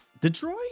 Detroit